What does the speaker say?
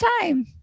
time